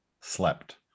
slept